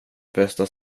bästa